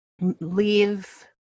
Leave